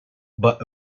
but